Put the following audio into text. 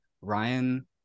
ryan